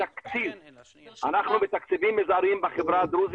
החברה הערבית